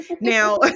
Now